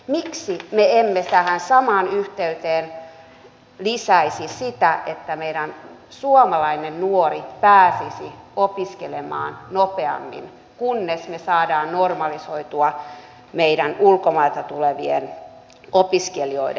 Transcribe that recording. miksi me emme tähän samaan yhteyteen lisäisi sitä että meidän suomalainen nuori pääsisi opiskelemaan nopeammin kunnes me saamme normalisoitua meidän ulkomailta tulevien opiskelijoiden määrän